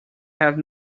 have